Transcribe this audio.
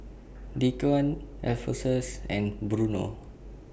Dequan Alphonsus and Bruno